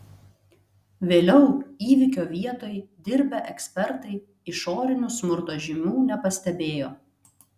vėliau įvykio vietoj dirbę ekspertai išorinių smurto žymių nepastebėjo